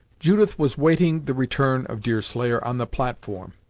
judith was waiting the return of deerslayer on the platform,